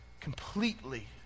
completely